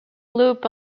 loop